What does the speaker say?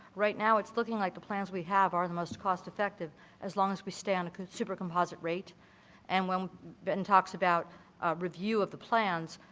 right now, it's looking like the plans we have are the most cross effective as long as we stand a super composite rate and when been talks about review of the plans,